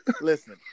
listen